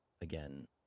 again